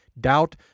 Doubt